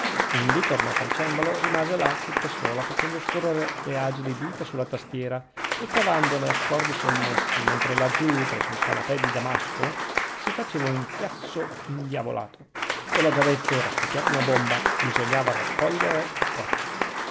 indi tornata al cembalo rimase là tutta sola facendo scorrere le agili dita sulla tastiera e cavandone accordi sommessi mentre laggiù presso il canapè di damasco si faceva un chiasso indiavolato ve l'ho già detto era scoppiata una bomba bisognava raccogliere i cocci